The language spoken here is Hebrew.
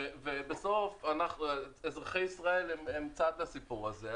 ובסוף אזרחי ישראל הם צד לסיפור הזה,